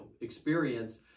experience